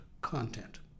content